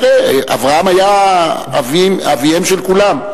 תראה, אברהם היה אביהם של כולם.